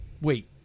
wait